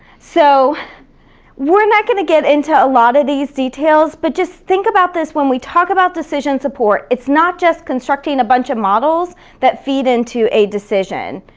so we're not gonna get into a lot of these details, but just think about this when we talk about decision support, it's not just constructing a bunch of models that feed into a decision.